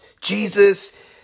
Jesus